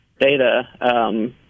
data